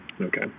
Okay